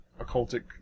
occultic